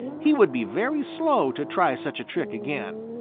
he would be very slow to try such a trick again.